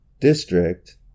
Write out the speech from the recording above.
district